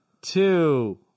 two